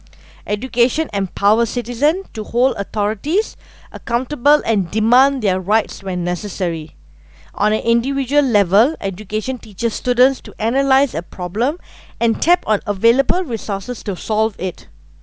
education empower citizen to hold authorities accountable and demand their rights when necessary on an individual level education teaches students to analyse a problem and tap on available resources to solve it